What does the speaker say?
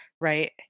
Right